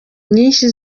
nyinshi